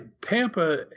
Tampa